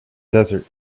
desert